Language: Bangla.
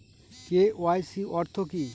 কে.ওয়াই.সি অর্থ কি?